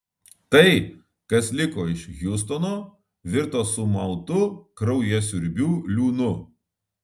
tai kas liko iš hjustono virto sumautu kraujasiurbių liūnu